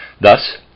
Thus